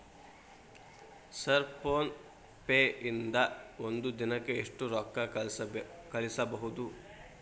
Sir PhonePe ದಿಂದ ಒಂದು ದಿನಕ್ಕೆ ಎಷ್ಟು ರೊಕ್ಕಾ ಕಳಿಸಬಹುದು?